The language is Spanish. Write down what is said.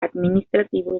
administrativo